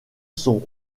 sont